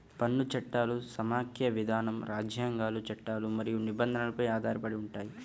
పన్ను చట్టాలు సమాఖ్య విధానం, రాజ్యాంగాలు, చట్టాలు మరియు నిబంధనలపై ఆధారపడి ఉంటాయి